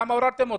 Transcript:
למה הורדתם אותו?